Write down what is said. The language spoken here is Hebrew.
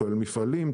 כולל מפעלים,